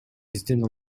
биздин